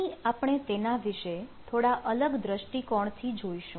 અહીં આપણે તેના વિશે થોડા અલગ દ્રષ્ટિકોણથી જોઈશું